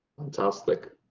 fantastic!